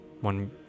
one